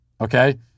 Okay